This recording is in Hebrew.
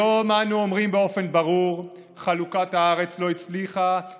היום אנו אומרים באופן ברור: חלוקת הארץ לא הצליחה,